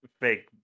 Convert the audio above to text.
fake